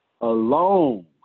Alone